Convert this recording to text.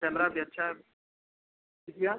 camera भी अच्छा है जी भैया